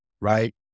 right